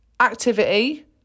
activity